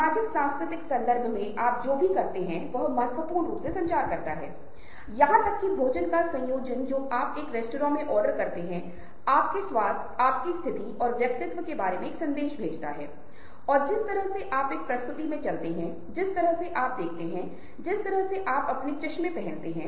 और फिर निश्चित रूप से ऐसी चीजें हैं जिन्हें आपको नहीं करना चाहिए और इनमें से कई चीजें जो आप नहीं करने वाले हैं वे चीजें हैं जिन्हें हमने कवर किया है जब हमने समूह गतिकी के बारे में बात की है जब हमने बातचीत कौशल सुनने और बोलने कौशल संचार की मूल बातें के बारे में बात की है